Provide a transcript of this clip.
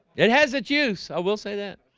it has a juice i will say that